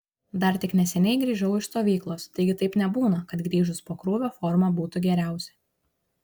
dar tik neseniai grįžau iš stovyklos taigi taip nebūna kad grįžus po krūvio forma būtų geriausia